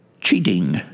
cheating